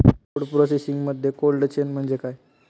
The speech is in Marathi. फूड प्रोसेसिंगमध्ये कोल्ड चेन म्हणजे काय?